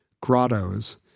grottos